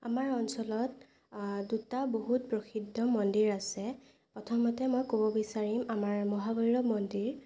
আমাৰ অঞ্চলত দুটা বহুত প্ৰসিদ্ধ মন্দিৰ আছে প্ৰথমতে মই ক'ব বিচাৰিম আমাৰ মহাভৈৰৱ মন্দিৰ